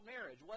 marriage